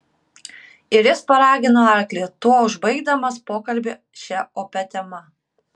ir jis paragino arklį tuo užbaigdamas pokalbį šia opia tema